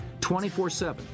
24-7